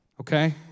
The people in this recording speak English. okay